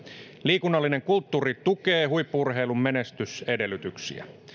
liikunnallinen kulttuuri tukee huippu urheilun menestysedellytyksiä